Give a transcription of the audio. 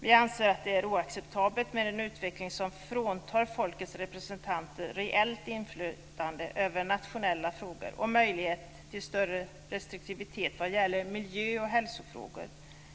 Vi anser att det är oacceptabelt med en utveckling som fråntar folkets representanter reellt inflytande över nationella frågor och möjlighet till större restriktivitet i miljö och hälsofrågor.